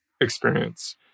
experience